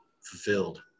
fulfilled